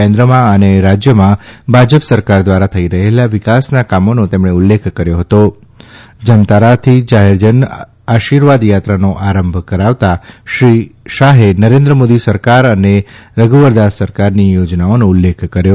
કેન્દ્રમાં અને રાજયમાં ભાજપ સરકાર દ્વારા થઇ રહેલાં વિકાસનાં કામાના તેમણે ઉલ્લેખ કર્યો હત જમતારાથી જાહેરજન આશીર્વાદ યાત્રાન આરંભ કરાવતાં શ્રી શાહે નરેન્દ્ર માદી સરકાર અને રધુવરદાસ સરકારની થાજનાઓનાઉલ્લેખ કર્યો